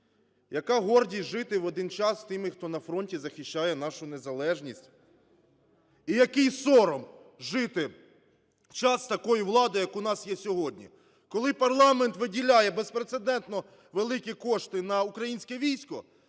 Яка гордість жити в один час з тими, хто на фронті захищає нашу незалежність. І який сором жити в час з такою владою, як у нас є сьогодні. Коли парламент виділяє безпрецедентно великі кошти на українське військо,